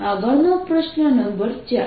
આગળનો પ્રશ્ન નંબર 4